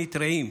תוכנית רעים,